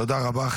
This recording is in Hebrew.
תודה רבה.